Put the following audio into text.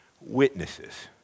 witnesses